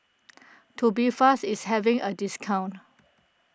Tubifast is having a discount